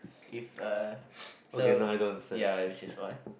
if a so ya which is why